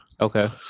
okay